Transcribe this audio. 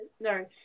No